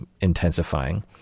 intensifying